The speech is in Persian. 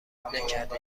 نکردی